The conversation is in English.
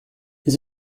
his